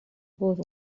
būtu